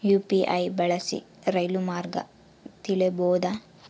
UPI ಬಳಸಿ ರೈಲು ಮಾರ್ಗ ತಿಳೇಬೋದ?